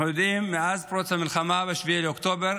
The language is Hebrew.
אנחנו יודעים שמאז פרוץ המלחמה ב-7 באוקטובר,